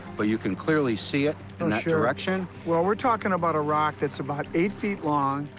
but you can clearly see it in that direction. well, we're talking about a rock that's about eight feet long.